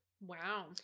Wow